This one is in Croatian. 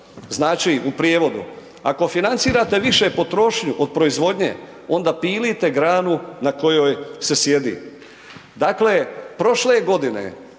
Znači u prijevodu, ako financirate više potrošnju od proizvodnje onda pilite granu na kojoj se sjedi. Dakle, prošle godine